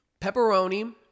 pepperoni